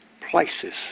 places